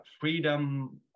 freedom